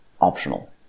optional